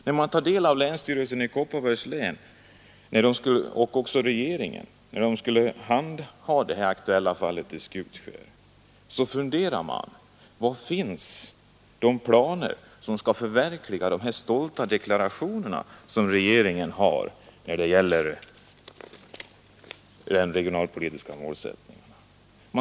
När man tar del av vad länsstyrelsen i Kopparbergs län och också regeringen sade när de skulle handha det här aktuella fallet i Skutskär, så funderar man: Var finns de planer som skall förverkliga regeringens stolta deklarationer när det gäller de regionalpolitiska målsättningarna?